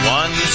one